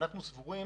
אנחנו סבורים